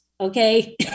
okay